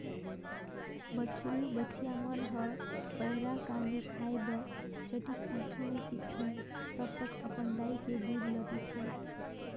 बछरु बछिया मन ह पैरा, कांदी खाए बर चटिक पाछू में सीखथे तब तक अपन दाई के दूद ल पीथे